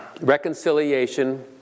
Reconciliation